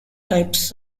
types